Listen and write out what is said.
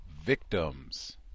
victims